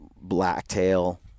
blacktail